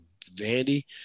Vandy